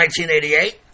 1988